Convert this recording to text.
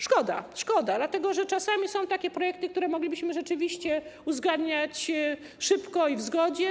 Szkoda, dlatego że czasami są takie projekty, które moglibyśmy rzeczywiście uzgadniać szybko i w zgodzie.